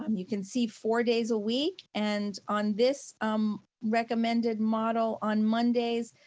um you can see four days a week and on this um recommended model on mondays,